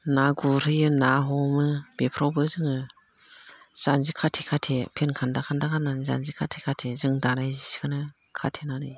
ना गुरहैयो ना हमो बेफोरावबो जोङो जान्जि खाथे खाथे फेन खान्दा खान्दा गाननानै जान्जि खाथे खाथे जों दानाय जिखोनो खाथेनानै